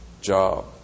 job